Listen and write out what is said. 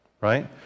Right